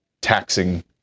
taxing